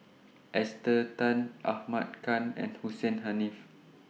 Esther Tan Ahmad Khan and Hussein Haniff